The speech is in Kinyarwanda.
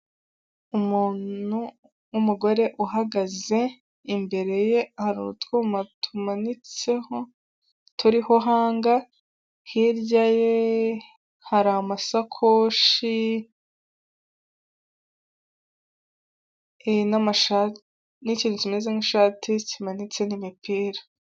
Umuntu w'umugore uhagaze, imbere ye hari utwuma tumanitseho turiho hanga, hirya ye hari amasakoshi, n'ikintu kimeze nk'ishati kimanitse n'imipira.